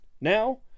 Now